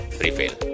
prevail